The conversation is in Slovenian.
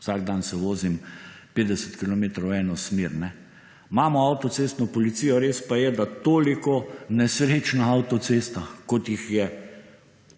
vsak dan se vozim 50 kilometrov v eno smer. Imamo avtocestno policijo res pa je, da toliko nesrečna avtocesta kot jih je